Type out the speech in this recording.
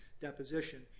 deposition